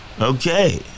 Okay